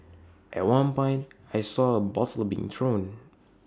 at one point I saw A bottle being thrown